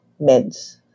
meds